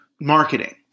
marketing